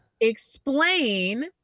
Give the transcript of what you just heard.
explain